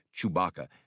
Chewbacca